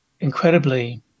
incredibly